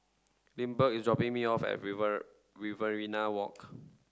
Lindbergh is dropping me off at River Riverina Walk